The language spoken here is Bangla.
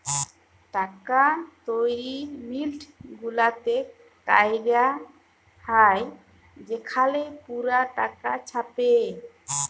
টাকা তৈরি মিল্ট গুলাতে ক্যরা হ্যয় সেখালে পুরা টাকা ছাপে